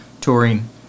touring